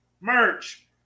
merch